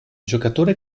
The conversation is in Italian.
giocatore